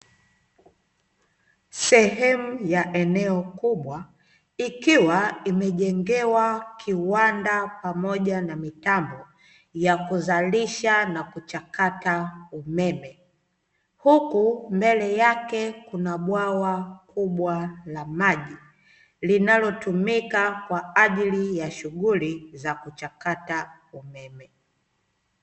Sehemu ya eneo kubwa ikiwa imejengewa kiwanda pamoja na mitambo ya kuzalisha na kuchakata umeme, huku mbele yake kuna bwawakubwa la maji linalotumika kwajili ya shughuli ya kuchakata umeme.